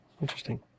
Interesting